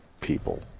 people